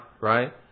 right